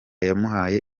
yamuhaye